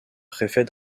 préfet